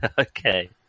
Okay